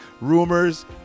Rumors